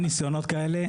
היו ניסיונות כאלה.